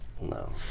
No